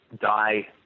die